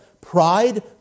Pride